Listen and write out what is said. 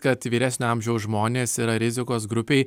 kad vyresnio amžiaus žmonės yra rizikos grupėj